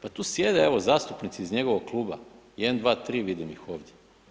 Pa tu sjede evo zastupnici iz njegovog kluba, 1, 2, 3, vidim ih ovdje.